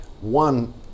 One